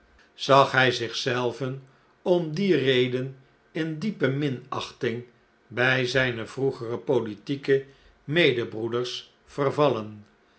zag hij zich zelven om die reden in diepe minachting bij zijne vroegere politieke medebroeders vervallen